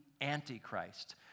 Antichrist